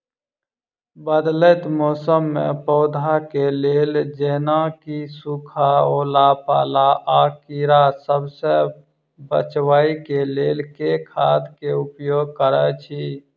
बदलैत मौसम मे पौधा केँ लेल जेना की सुखा, ओला पाला, आ कीड़ा सबसँ बचबई केँ लेल केँ खाद केँ उपयोग करऽ छी?